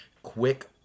quick